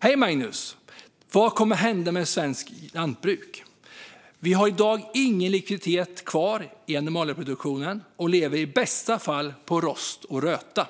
Hej Magnus! Vad kommer att hända med svenskt lantbruk? Vi har i dag ingen likviditet kvar i animalieproduktionen och lever i bästa fall på rost och röta.